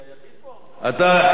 אתה האחד והיחיד.